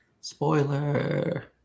Spoiler